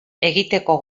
egiteko